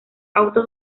auto